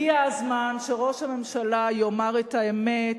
אבל הגיע הזמן שראש הממשלה יאמר את האמת